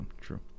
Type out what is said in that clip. true